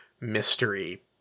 mystery